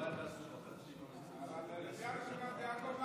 מה שהם כל הזמן באים ואומרים: